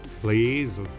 please